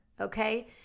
okay